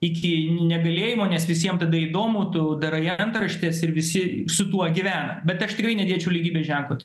iki negalėjimo nes visiem tada įdomu tu darai antraštes ir visi su tuo gyvena bet aš tikrai nedėčiau lygybės ženklo